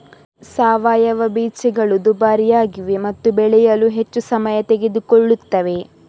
ಸಾವಯವ ಬೀಜಗಳು ದುಬಾರಿಯಾಗಿವೆ ಮತ್ತು ಬೆಳೆಯಲು ಹೆಚ್ಚು ಸಮಯ ತೆಗೆದುಕೊಳ್ಳುತ್ತವೆ